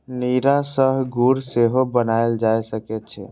नीरा सं गुड़ सेहो बनाएल जा सकै छै